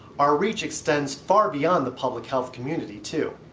our reach extends far beyond the public health community too.